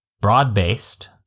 broad-based